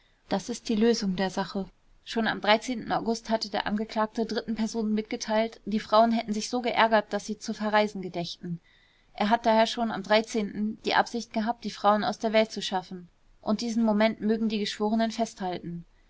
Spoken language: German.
das ist die lösung der sache schon am august hatte der angeklagte dritten personen mitgeteilt die frauen hätten sich so geärgert daß sie zu verreisen gedächten er hat daher schon am die absicht gehabt die frauen aus der welt zu schaffen und diesen moment mögen die geschworenen festhalten